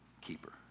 keeper